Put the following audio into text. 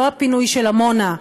לא הפינוי של עמונה,